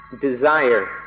desire